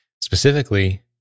Specifically